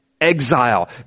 exile